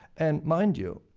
and, mind you,